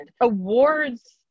awards